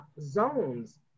zones